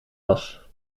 was